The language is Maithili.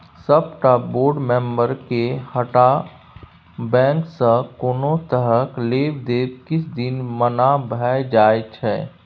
सबटा बोर्ड मेंबरके हटा बैंकसँ कोनो तरहक लेब देब किछ दिन मना भए जाइ छै